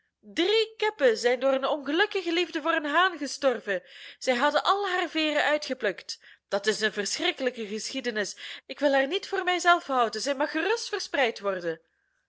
drie kippen zijn door een ongelukkige liefde voor een haan gestorven zij hadden al haar veeren uitgeplukt dat is een verschrikkelijke geschiedenis ik wil haar niet voor mij zelf houden zij mag gerust verspreid worden